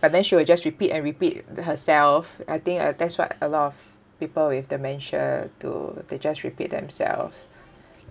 but then she will just repeat and repeat the herself I think uh that's what a lot of people with dementia do they just repeat themselves